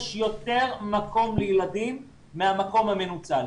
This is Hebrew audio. יש יותר מקום לילדים מהמקום המנוצל.